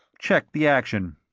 checked the action.